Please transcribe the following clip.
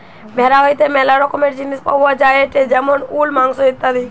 ভেড়া হইতে ম্যালা রকমের জিনিস পাওয়া যায়টে যেমন উল, মাংস ইত্যাদি